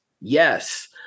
Yes